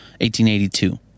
1882